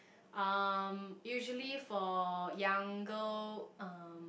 um usually for younger um